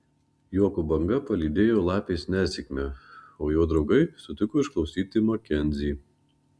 juoko banga palydėjo lapės nesėkmę o jo draugai sutiko išklausyti makenzį